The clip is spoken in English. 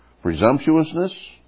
presumptuousness